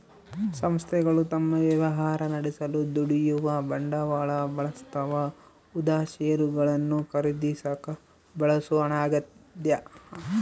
ಸಂಸ್ಥೆಗಳು ತಮ್ಮ ವ್ಯವಹಾರ ನಡೆಸಲು ದುಡಿಯುವ ಬಂಡವಾಳ ಬಳಸ್ತವ ಉದಾ ಷೇರುಗಳನ್ನು ಖರೀದಿಸಾಕ ಬಳಸೋ ಹಣ ಆಗ್ಯದ